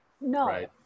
no